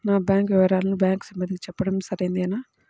నా బ్యాంకు వివరాలను బ్యాంకు సిబ్బందికి చెప్పడం సరైందేనా?